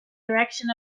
direction